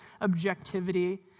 objectivity